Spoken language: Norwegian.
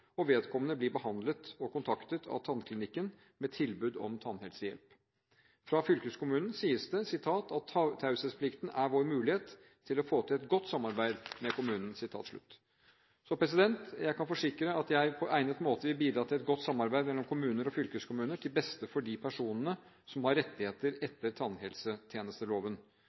og vedkommende blir kontaktet av tannklinikken med tilbud om tannhelsehjelp. Fra fylkeskommunen sies det: «Taushetsplikten er vår mulighet for å få til et godt samarbeid med kommunen.» Jeg kan forsikre at jeg på egnet måte vil bidra til et godt samarbeid mellom kommuner og fylkeskommuner til beste for de personene som har rettigheter etter tannhelsetjenesteloven.